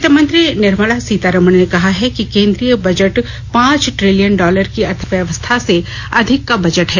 वित्तमंत्री निर्मला सीतारमण ने कहा है कि केन्द्रीय बजट पांच ट्रिलियन डॉलर की अर्थव्यवथा से अधिक का बजट है